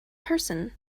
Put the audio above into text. person